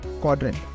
quadrant